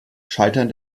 scheitern